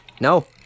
No